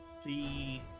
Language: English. see